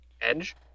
edge